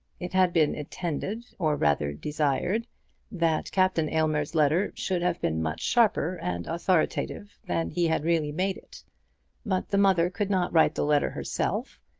it had been intended or rather desired that captain aylmer's letter should have been much sharper and authoritative than he had really made it but the mother could not write the letter herself,